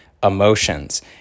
emotions